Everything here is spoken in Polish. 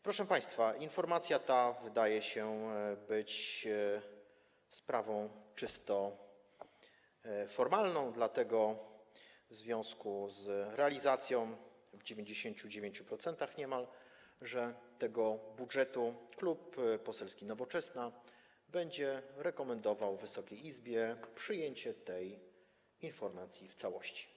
Proszę państwa, informacja ta wydaje się sprawą czysto formalną, dlatego - w związku z realizacją w niemalże 99% tego budżetu - Klub Poselski Nowoczesna będzie rekomendował Wysokiej Izbie przyjęcie tej informacji w całości.